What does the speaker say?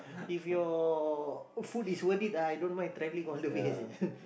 if your food is worth it I don't mind travelling all the way